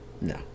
No